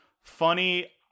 Funny